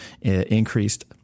increased